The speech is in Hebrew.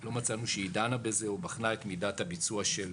לא מצאנו שהיא דנה בזה או בחנה את מידת הביצוע של